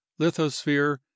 lithosphere